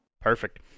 Perfect